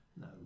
No